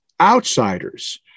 outsiders